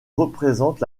représente